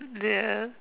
ya